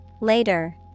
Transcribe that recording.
Later